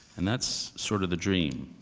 and that's sort of the dream,